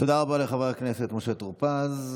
תודה רבה לחבר הכנסת משה טור פז.